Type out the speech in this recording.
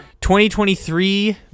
2023